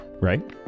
right